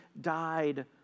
died